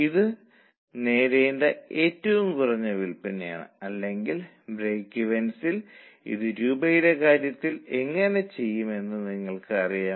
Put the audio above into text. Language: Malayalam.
അതിനാൽ മൊത്തം സംഭാവന 193500 ആണ് നിങ്ങൾക്ക് യൂണിറ്റുകളുടെ എണ്ണം അറിയാം